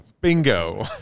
Bingo